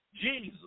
Jesus